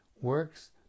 works